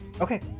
Okay